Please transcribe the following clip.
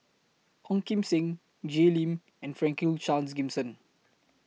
Ong Kim Seng Jay Lim and Franklin Charles Gimson